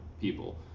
people